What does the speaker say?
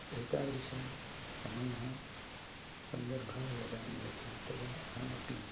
एतादृशः समयः सन्दर्भः यदा मिलति तदा अहमपि